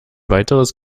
weiteres